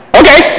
okay